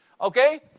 Okay